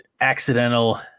accidental